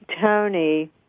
Tony